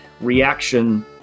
reaction